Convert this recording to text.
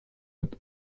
with